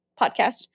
podcast